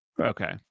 Okay